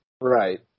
Right